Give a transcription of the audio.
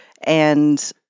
And-